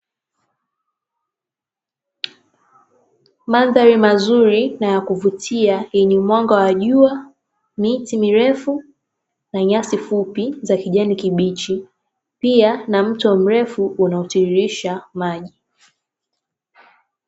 Mandhari mazuri na ya kuvutia yenye mwanga wa jua, miti mirefu, na nyasi fupi za kijani kibichi. Pia na mto mrefu, unaotiririsha maji.